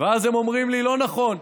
ואז הם אומרים לי: לא נכון.